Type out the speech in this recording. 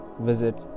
visit